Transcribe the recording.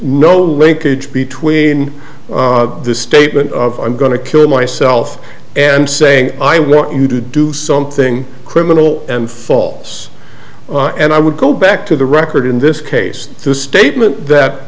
no linkage between the statement of going to kill myself and saying i want you to do something criminal and falls and i would go back to the record in this case the statement that